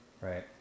right